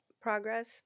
progress